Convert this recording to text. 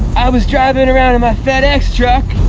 i was driving around in my fedex truck,